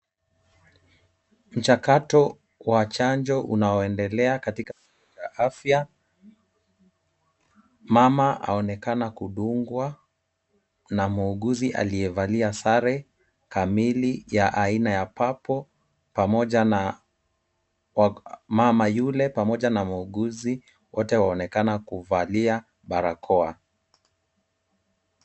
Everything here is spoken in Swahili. Mchakato wa chanjo, unaoendelea katika afya, mama aonekana kudungwa na muuguzi aliyevalia sare, kamili ya aina ya papo . Pamoja na mama yule pamoja na wauguzi wote waonekana kuvalia barakoa.